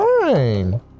fine